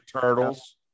Turtles